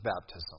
baptism